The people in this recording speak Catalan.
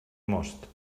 most